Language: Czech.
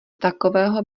takového